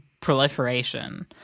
proliferation